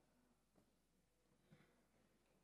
גברתי